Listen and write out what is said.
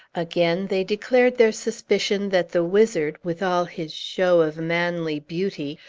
again, they declared their suspicion that the wizard, with all his show of manly beauty,